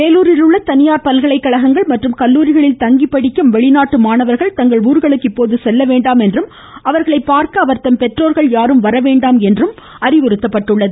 வேலூரில் உள்ள தனியார் பல்கலைக்கழகங்கள் மற்றும் கல்லூரிகளில் தங்கி படிக்கும் வெளிநாட்டு மாணவர்கள் தங்கள் ஊர்களுக்கு இப்போது செல்ல வேண்டாம் என்றும் அவர்களை பார்க்க அவர்தம் பெற்றோர்கள் யாரும் வரவேண்டாம் என்றும் அறிவுறுத்தப்பட்டுள்ளனர்